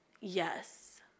Yes